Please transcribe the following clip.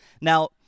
Now